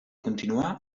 continuar